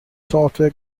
software